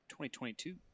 2022